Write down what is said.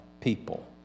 people